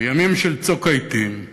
בימים של צוק העתים,